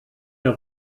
der